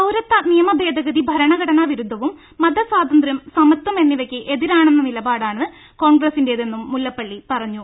പൌരത്വ നിയമ ഭേദഗതി ഭര ണഘടനാ വിരുദ്ധവും മത സ്വാതന്ത്ര്യം സമത്വം എന്നിവയ്ക്ക് എതിരാണെന്ന നിലപാടാണ് കോൺഗ്രസിന്റേതെന്നും മുല്ലപ്പള്ളി പറഞ്ഞു